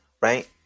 Right